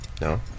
No